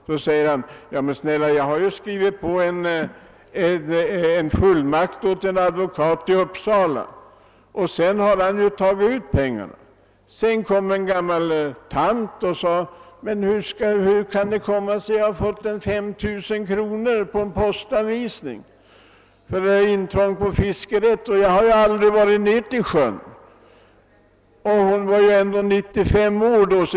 Då svarade han: Jag har skrivit på en fullmakt åt en advokat i Uppsala, och han har sedan tagit ut pengarna. Det kom också fram en gammal tant och sade: Hur kan det komma sig att jag har fått 5000 kronor på en postgiroanvisning i ersättning för intrång i fisket? Jag har ju aldrig varit nere vid sjön. Hon var 95 år.